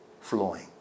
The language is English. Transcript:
flowing